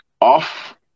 off